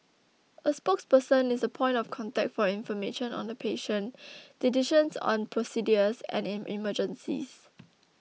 a spokesperson is the point of contact for information on the patient decisions on procedures and in emergencies